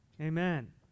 Amen